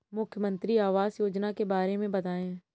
मुख्यमंत्री आवास योजना के बारे में बताए?